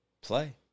play